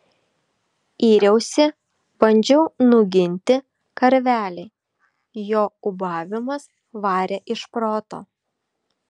yriausi bandžiau nuginti karvelį jo ūbavimas varė iš proto